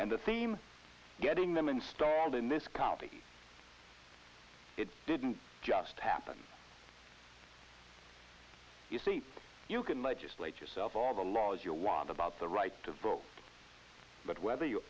and the theme getting them installed in this county it didn't just happen you see you can legislate yourself all the laws you want about the right to vote but whether you